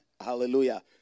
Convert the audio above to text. hallelujah